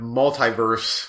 multiverse